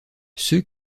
ceux